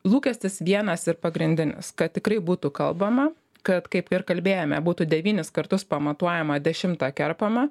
lūkestis vienas ir pagrindinis kad tikrai būtų kalbama kad kaip ir kalbėjome būtų devynis kartus pamatuojama dešimtą kerpama